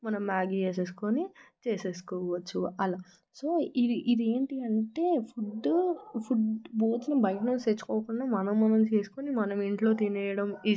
మనం మ్యాగీ వేసేసుకోని చేసేసుకోవచ్చు అలా సో ఇది ఇది ఏంటి అంటే ఫుడ్డు ఫుడ్డు భోజనం బయట నుంచి తెచ్చుకోకుండా మనం మనమే చేసుకొని మనం మనమే ఇంట్లో తినేయడం